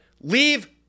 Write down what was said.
leave